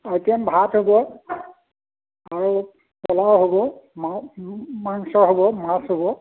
item ভাত হ'ব আৰু প'লাও হ'ব মাংস হ'ব মাছ হ'ব